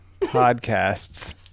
podcasts